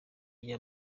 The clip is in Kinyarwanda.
rya